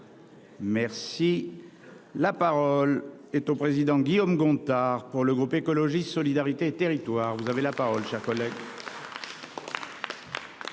Merci. La parole est au président Guillaume Gontard, pour le groupe écologiste solidarité et territoires. Vous avez la parole, cher collègue.